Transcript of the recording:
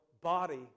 body